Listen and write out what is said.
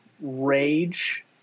rage